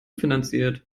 finanziert